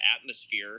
atmosphere